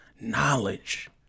Knowledge